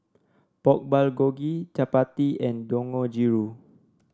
Pork Bulgogi Chapati and Dangojiru